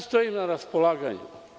Stojim na raspolaganju.